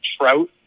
Trout